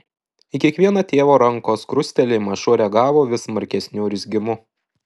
į kiekvieną tėvo rankos krustelėjimą šuo reagavo vis smarkesniu urzgimu